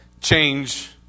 change